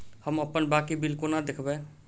हम अप्पन बाकी बिल कोना देखबै?